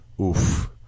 Oof